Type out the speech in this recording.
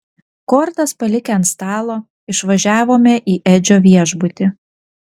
kortas palikę ant stalo išvažiavome į edžio viešbutį